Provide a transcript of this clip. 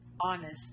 honest